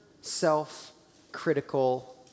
self-critical